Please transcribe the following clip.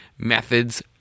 methods